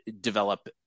develop